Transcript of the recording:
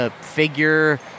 figure